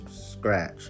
scratch